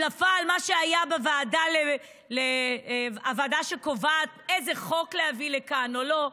על מה שהיה בוועדה שקובעת איזה חוק להביא לכאן או לא,